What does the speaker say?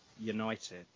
United